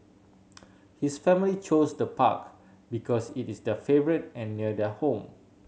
his family chose the park because it is their favourite and near their home